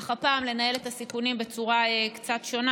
אך הפעם לנהל את הסיכונים בצורה קצת שונה,